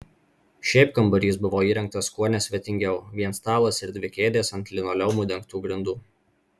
šiaip kambarys buvo įrengtas kuo nesvetingiau vien stalas ir dvi kėdės ant linoleumu dengtų grindų